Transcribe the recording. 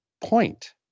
point